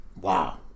wow